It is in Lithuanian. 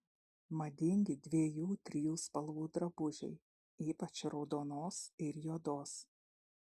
madingi dviejų trijų spalvų drabužiai ypač raudonos ir juodos